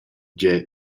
gie